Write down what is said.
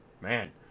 Man